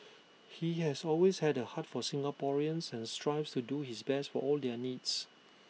he has always had A heart for Singaporeans and strives to do his best for all their needs